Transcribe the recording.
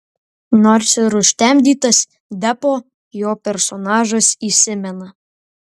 nors ir užtemdytas deppo jo personažas įsimena